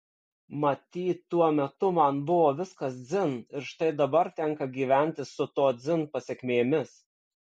matyt tuo metu man buvo viskas dzin ir štai dabar tenka gyventi su to dzin pasekmėmis